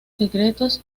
secretos